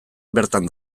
bertan